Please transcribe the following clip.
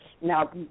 Now